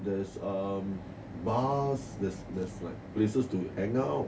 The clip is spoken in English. there's um bars the there's like places to hang out